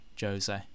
Jose